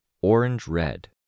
Orange-red